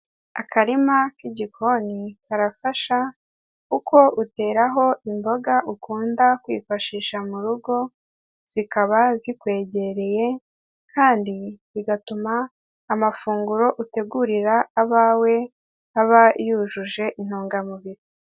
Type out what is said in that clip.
Akarima k'igikoni karafasha, kuko uteraho imboga ukunda kwifashisha mu rugo zikaba zikwegereye, kandi bigatuma amafunguro utegurira abawe, aba yujuje intungamubiri.